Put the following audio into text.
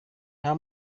nta